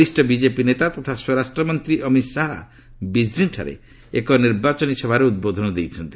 ବରିଷ୍ଠ ବିଜେପି ନେତା ତଥା ସ୍ୱରାଷ୍ଟ୍ରମନ୍ତ୍ରୀ ଅମିତ ଶାହା ବିଜ୍ନୀଠାରେ ଏକ ନିର୍ବାଚନୀ ସଭାରେ ଉଦ୍ବୋଧନ ଦେଇଛନ୍ତି